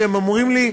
שהם אומרים לי: